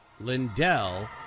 Lindell